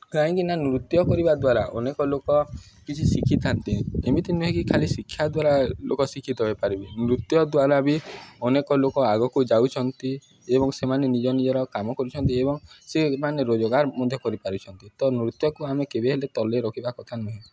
କାହିଁକି ନା ନୃତ୍ୟ କରିବା ଦ୍ୱାରା ଅନେକ ଲୋକ କିଛି ଶିଖିଥାନ୍ତି ଏମିତି ନୁହେଁକି ଖାଲି ଶିକ୍ଷା ଦ୍ୱାରା ଲୋକ ଶିକ୍ଷିତ ହୋଇପାରିବେ ନୃତ୍ୟ ଦ୍ୱାରା ବି ଅନେକ ଲୋକ ଆଗକୁ ଯାଉଛନ୍ତି ଏବଂ ସେମାନେ ନିଜ ନିଜର କାମ କରୁଛନ୍ତି ଏବଂ ସେମାନେ ରୋଜଗାର ମଧ୍ୟ କରିପାରୁଛନ୍ତି ତ ନୃତ୍ୟକୁ ଆମେ କେବେ ହେଲେ ତଳେ ରଖିବା କଥା ନୁହେଁ